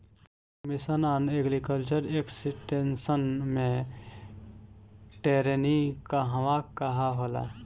सब mission on agriculture extension मै टेरेनीं कहवा कहा होला?